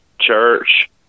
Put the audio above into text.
church